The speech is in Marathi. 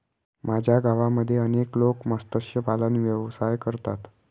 माझ्या गावामध्ये अनेक लोक मत्स्यपालन व्यवसाय करतात